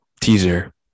teaser